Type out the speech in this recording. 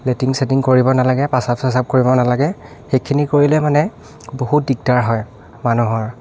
latrine চেট্ৰিন কৰিব নালাগে পাচাব চাচাব কৰিব নালাগে সেইখিনি কৰিলে মানে বহুত দিগদাৰ হয় মানুহৰ